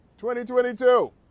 2022